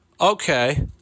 Okay